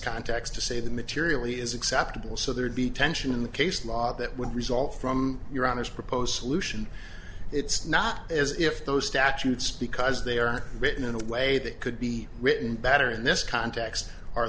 context to say that materially is acceptable so there'd be tension in the case law that would result from your honour's proposed solution it's not as if those statutes because they are written in a way that could be written better in this context are